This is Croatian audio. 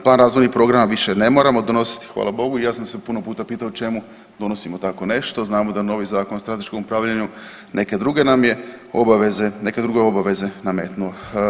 Plan, razvoj i program više ne moramo donositi hvala Bogu i ja sam se puno puta pitao čemu donosimo tako nešto, a znamo da novi Zakon o strateškom upravljanju neke druge nam je obaveze, neke druge obaveze nametnuo.